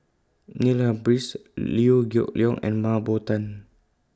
Neil Humphreys Liew Geok Leong and Mah Bow Tan